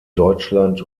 deutschland